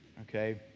Okay